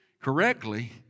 Correctly